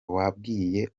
yabwiye